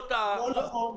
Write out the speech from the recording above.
לא טעה.